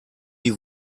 die